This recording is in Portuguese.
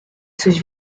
suas